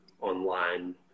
online